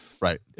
Right